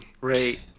Right